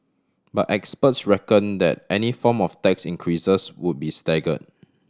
but experts reckon that any form of tax increases would be stagger